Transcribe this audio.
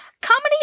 Comedy